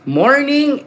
morning